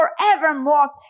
forevermore